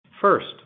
First